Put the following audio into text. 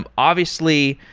um obviously,